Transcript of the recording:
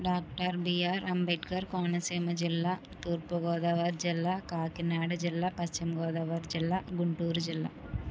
doctor B R Ambedkar Konaseema జిల్లా తూర్పు గోదావరి జిల్లా కాకినాడ జిల్లా పశ్చిమ గోదావరి జిల్లా గుంటూరు జిల్లా